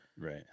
right